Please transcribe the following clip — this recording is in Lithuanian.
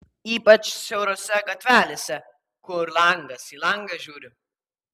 ypač siaurose gatvelėse kur langas į langą žiūri